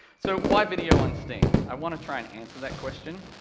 so, why video on steam? i want to try and answer that question,